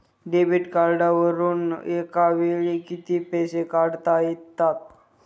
Debit कार्डवरुन एका वेळी किती पैसे काढता येतात?